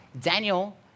Daniel